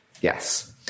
yes